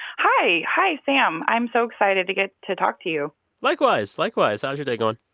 hi. hi, sam. i'm so excited to get to talk to you likewise. likewise. how's your day going?